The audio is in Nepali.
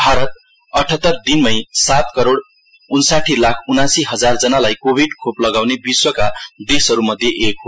भारत अठत्तर दिनमै सात करोड़ उनसाट्टी लाख उनासी हजार जनालाई कोविड़ खोप लगाउने विश्वका देशहरू मध्ये एक हो